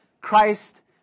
Christ